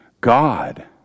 God